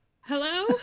Hello